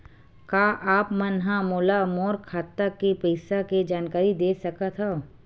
का आप मन ह मोला मोर खाता के पईसा के जानकारी दे सकथव?